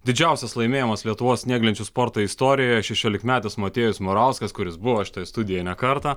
didžiausias laimėjimas lietuvos snieglenčių sporto istorijoje šešiolikmetis motiejus morauskas kuris buvo šitoj studijoj ne kartą